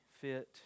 fit